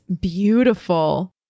beautiful